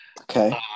Okay